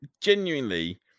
genuinely